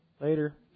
later